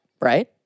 right